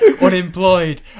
Unemployed